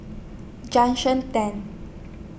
Junction ten